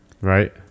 right